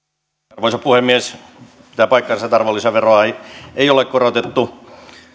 arvoisa puhemies pitää paikkansa että arvonlisäveroa ei ei ole korotettu